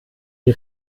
die